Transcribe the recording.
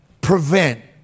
prevent